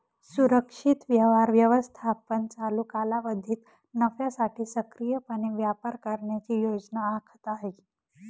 सुरक्षित व्यवहार व्यवस्थापन चालू कालावधीत नफ्यासाठी सक्रियपणे व्यापार करण्याची योजना आखत आहे